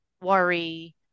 worry